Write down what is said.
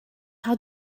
how